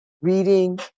reading